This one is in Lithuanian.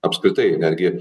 apskritai netgi